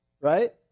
right